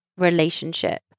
relationship